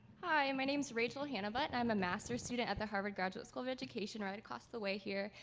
hi. my name's rachel and but i'm a master's student at the harvard graduate school of education right across the way here.